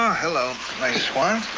hello, my swan.